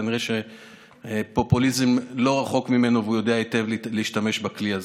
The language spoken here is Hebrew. כנראה שפופוליזם לא רחוק ממנו והוא יודע היטב להשתמש בכלי הזה.